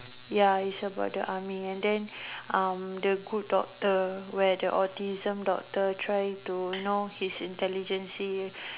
ya it's about the army and then um the good doctor where the autism doctor try to know his intelligence see